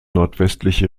nordwestliche